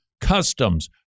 customs